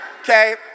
Okay